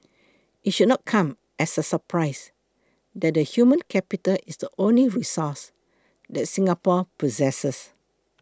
it should not come as a surprise that the human capital is the only resource that Singapore possesses